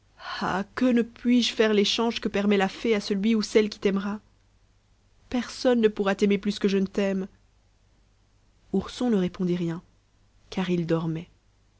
que ne puis-je faire l'échange que permet la fée à celui ou à celle qui t'aimera personne ne pourra t'aimer plus que je ne t'aime ourson ne répondit rien car il dormait